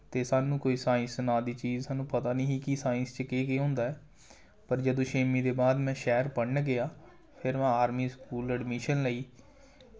ते सानूं कोई साइंस नांऽ दी चीज़ सानूं पता निं ही कि साइंस च केह् केह् होंदा ऐ पर जदूं छेंमी दे बाद में शैह्र पढ़न गेआ फिर में आर्मी स्कूल अडमिशन लेई